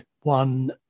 one